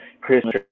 Christmas